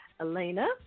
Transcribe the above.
Elena